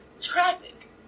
traffic